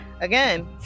again